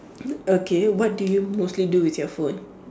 okay what do you mostly do with your phone